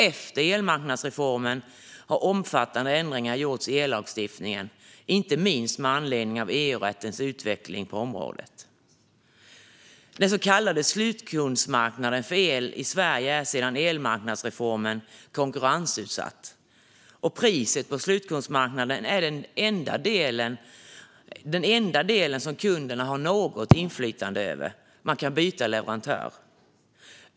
Efter elmarknadsreformen har omfattande ändringar gjorts i ellagstiftningen, inte minst med anledning av EU-rättens utveckling på området. Den så kallade slutkundsmarknaden för el i Sverige är sedan elmarknadsreformen konkurrensutsatt. Priset på slutkundsmarknaden är den enda del som kunderna har något inflytande över, eftersom man kan byta leverantör.